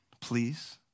please